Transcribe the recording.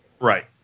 Right